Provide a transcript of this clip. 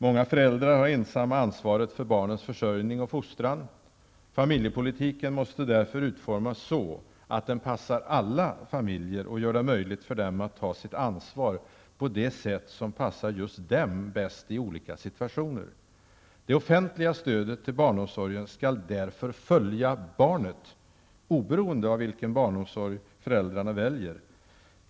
Många föräldrar har ensamma ansvaret för barnens försörjning och fostran. Familjepolitiken måste därför utformas så, att den passar alla familjer och det blir möjligt för dem att ta sitt ansvar på det för just dem bästa sättet i olika situationer. Det offentliga stödet till barnomsorgen skall därför följa barnet, oberoende av vilken barnomsorg föräldrarna väljer.